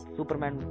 Superman